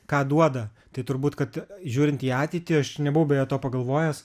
ką duoda tai turbūt kad žiūrint į ateitį aš nebuvau beje to pagalvojęs